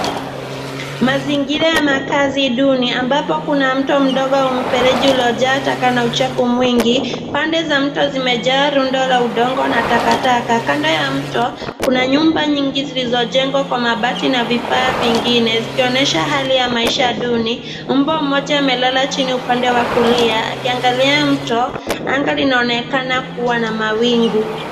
Mazingira ya makazi duni ambapo kuna mto mdogo wenye mferejiuliojaa taka na uchafu mwingi. Pande za mto zimejaa rundo la udongo na takataka. Kando ya mto kuna nyumba nyingi zilizojengwa kwa mabati na vifaa vingine vikionyesha hali ya maisha duni. Mbwa mmoja amelala chini upande wa kulia akiangalia mto. Anga linaonekana kuwa na mawingu.